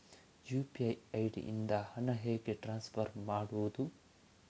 UPI ID ಇಂದ ಹಣ ಹೇಗೆ ಟ್ರಾನ್ಸ್ಫರ್ ಮಾಡುದು?